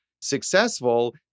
successful